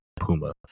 Puma